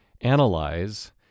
analyze